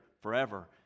forever